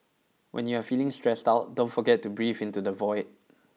when you are feeling stressed out don't forget to breathe into the void